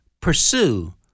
Pursue